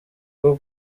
rwo